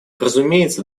разумеется